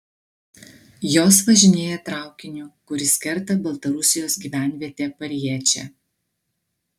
jos važinėja traukiniu kuris kerta baltarusijos gyvenvietę pariečę